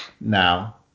now